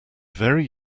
very